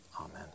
Amen